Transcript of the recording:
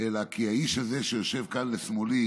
אלא כי האיש הזה, שיושב כאן לשמאלי,